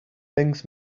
things